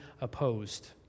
opposed